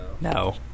No